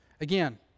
Again